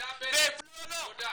תודה.